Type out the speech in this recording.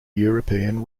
european